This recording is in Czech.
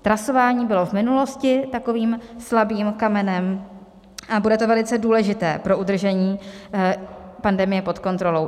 Trasování bylo v minulosti takovým slabým kamenem a bude to velice důležité pro udržení pandemie pod kontrolou.